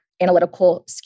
analytical